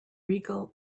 regal